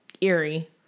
eerie